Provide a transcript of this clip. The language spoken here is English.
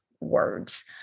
words